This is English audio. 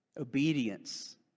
obedience